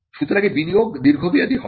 সুতরাং এই বিনিয়োগ দীর্ঘমেয়াদি হবে